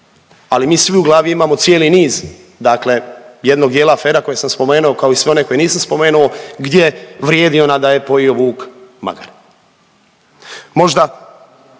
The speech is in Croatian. ali mi svi u glavi imamo cijeli niz dakle jednog dijela afera koje sam spomenuo, kao i sve one koje nisam spomenuo gdje vrijedi ona da je pojeo vuk magare. Možda